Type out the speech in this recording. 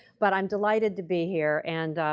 but i'm delighted to be here and